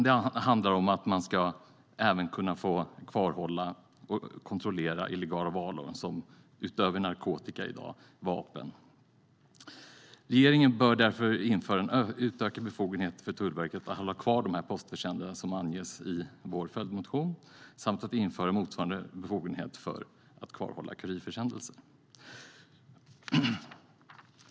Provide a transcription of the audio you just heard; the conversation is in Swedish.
Det handlar om att man även ska kunna få kvarhålla och kontrollera illegala varor, utöver narkotika även vapen. Regeringen bör därför införa en utökad befogenhet för Tullverket att hålla kvar de postförsändelser som anges i vår följdmotion samt införa motsvarande befogenhet för att kvarhålla kurirförsändelser.